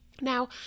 Now